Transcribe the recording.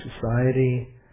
society